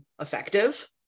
effective